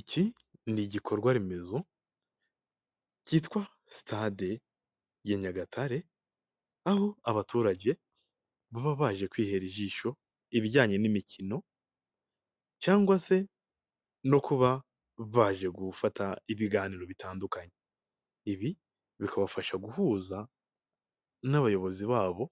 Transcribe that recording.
Iki ni igikorwa remezo cyitwa sitade ya Nyagatare aho abaturage baba baje kwihera ijisho ibijyanye n'imikino cyangwa se no kuba baje gufata ibiganiro bitandukanye, ibi bikabafasha guhuza n'abayobozi babo